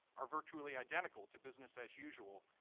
are virtually identical to business as usual,